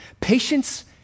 Patience